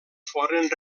foren